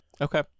Okay